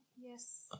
yes